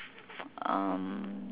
um